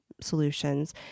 solutions